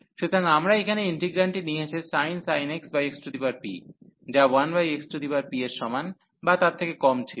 সুতরাং আমরা এখানে ইন্টিগ্রান্টটি নিয়েছি sin x xp যা 1xp এর সমান বা তার থেকে কম ছিল